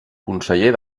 conseller